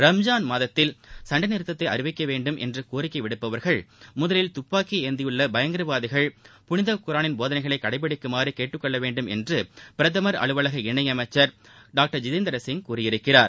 ரம்ஜான் மாதத்தில் சண்டை நிறுத்தத்தை அறிவிக்க வேண்டும் என்று கோரிக்கை விடுப்பவர்கள் முதலில் துப்பாக்கியை ஏந்தியுள்ள பயங்கரவாதிகள் புனித குரானின் போதனைகளை கடைபிடிக்குமாறு கேட்டுக் கொள்ள வேண்டும் என்று பிரதமர் அலுவலக இணையமைச்சர் டாக்டர் ஜிதேந்திர சிங் கூறியிருக்கிறார்